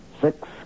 Six